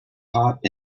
hot